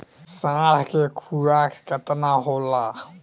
साढ़ के खुराक केतना होला?